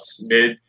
mid